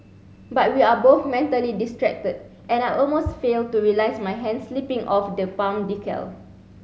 but we are both mentally distracted and I almost fail to realise my hand slipping off the palm decal